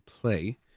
play